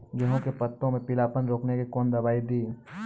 गेहूँ के पत्तों मे पीलापन रोकने के कौन दवाई दी?